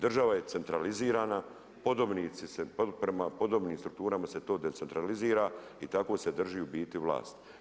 Država je centralizirana, prema podobnim struktura se to decentralizira i tako se drži u biti vlast.